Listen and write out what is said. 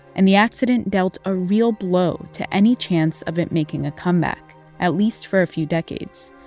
and the accident dealt a real blow to any chance of it making a comeback at least for a few decades.